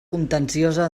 contenciosa